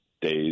days